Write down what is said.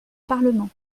parlement